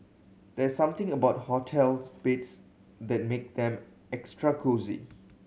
there's something about hotel beds that make them extra cosy